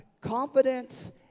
Confidence